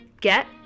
get